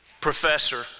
professor